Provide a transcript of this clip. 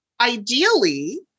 ideally